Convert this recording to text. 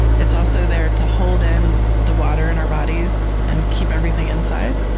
it's also there to hold in the water in our bodies and keep everything inside.